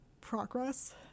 progress